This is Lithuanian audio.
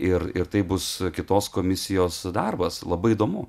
ir ir tai bus kitos komisijos darbas labai įdomu